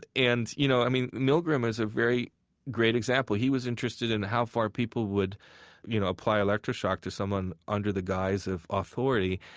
and you know i mean, milgram is a very great example. he was interested in how far people would you know apply electroshock to someone under the guise of authority.